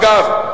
אגב,